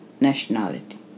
nationality